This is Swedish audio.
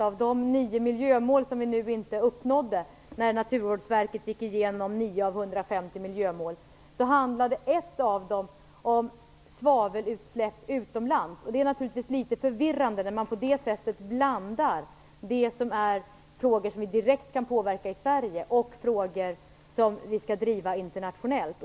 Av de nio miljömål som vi inte uppnått när Naturvårdsverket gick igenom 9 av 150 miljömål handlade ett om svavelutsläpp utomlands. Det är naturligtvis litet förvirrande när man på det sättet blandar frågor som vi direkt kan påverka i Sverige och frågor som vi skall driva internationellt.